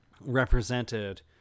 represented